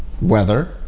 weather